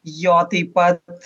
jo taip pat